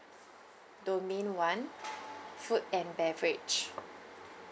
domain one food and beverage